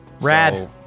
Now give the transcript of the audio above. Rad